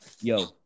Yo